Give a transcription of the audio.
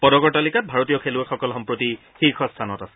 পদকৰ তালিকাত ভাৰতীয় খেলুৱৈসকল সম্প্ৰতি শীৰ্ষ স্থানত আছে